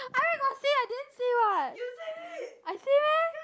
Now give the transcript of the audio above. I where got say I didn't say what I say meh